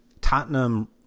Tottenham